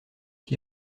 qui